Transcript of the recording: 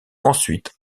ensuite